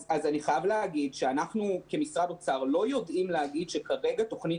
אני חייב להגיד שאנחנו כמשרד האוצר לא יודעים להגיד שכרגע תוכנית